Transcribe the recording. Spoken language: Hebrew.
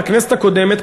בכנסת הקודמת,